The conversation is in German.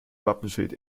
wappenschild